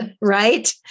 right